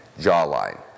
jawline